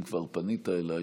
אם כבר פנית אליי,